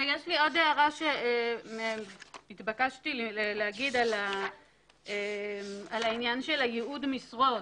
ויש לי עוד הערה שהתבקשתי להגיד על העניין של ייעוד המשרות,